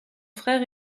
frère